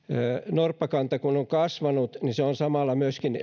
norppakanta on kasvanut niin norppien asuinalueet ovat samalla myöskin